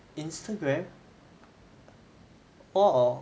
Instagram or